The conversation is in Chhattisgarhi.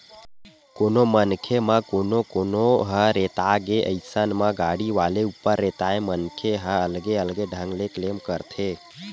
कोनो मनखे म कोनो कोनो ह रेता गे अइसन म गाड़ी वाले ऊपर रेताय मनखे ह अलगे अलगे ढंग ले क्लेम करथे